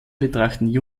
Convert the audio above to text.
betrachten